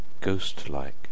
Ghost-like